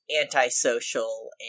antisocial